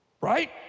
Right